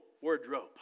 wardrobe